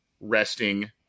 resting